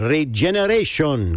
Regeneration